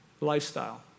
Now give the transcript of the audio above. Lifestyle